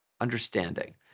understanding